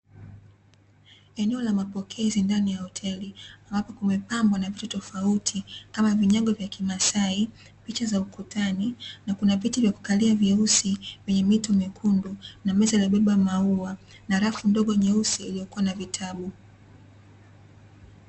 Eneo la mapokezi ndani ya hoteli ambapo kumepanbwa na vitu tofauti kama vinyago vya kimasai, picha za ukutani, na kuna viti vya kukalia vyeusi vyenye mito mekundu, na meza iliyobeba maua, na rafu ndogo nyeusi iliyokuwa na vitabu.